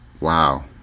Wow